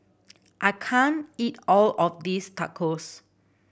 I can't eat all of this Tacos